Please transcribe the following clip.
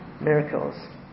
miracles